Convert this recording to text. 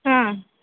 हा